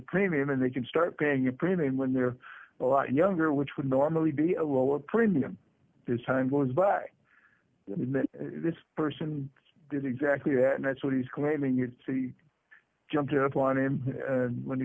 premium and they can start paying a premium when they're a lot younger which would normally be a lower premium this time goes by this person did exactly that and that's what he's claiming you'd see jumped up on him when he